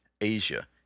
Asia